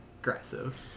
aggressive